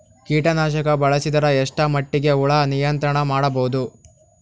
ಕೀಟನಾಶಕ ಬಳಸಿದರ ಎಷ್ಟ ಮಟ್ಟಿಗೆ ಹುಳ ನಿಯಂತ್ರಣ ಮಾಡಬಹುದು?